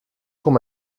com